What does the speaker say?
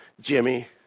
Jimmy